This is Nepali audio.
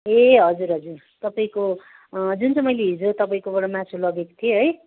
ए हजुर हजुर तपाईँको जुन चाहिँ मैले हिजो तपाईँकोबाट मासु लगेको थिएँ है